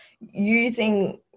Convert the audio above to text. using